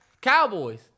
Cowboys